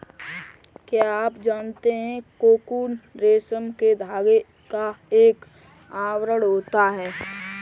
क्या आप जानते है कोकून रेशम के धागे का एक आवरण होता है?